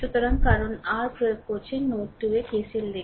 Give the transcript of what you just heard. সুতরাং কারণ r প্রয়োগ করছেন নোড 2 এ KCL দেখুন